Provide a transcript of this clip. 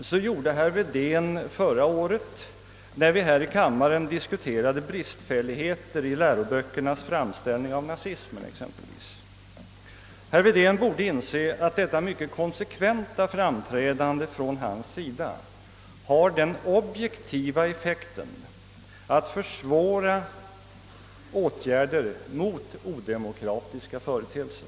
Så gjorde exempelvis herr Wedén förra året, när vi här i kammaren diskuterade bristfälligheter i läroböckernas framställning av nazismen. Herr Wedén borde inse att detta konsekventa framträdande från hans sida har den objektiva effekten att det försvårar åtgärder mot odemokratiska företeelser.